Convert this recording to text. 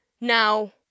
now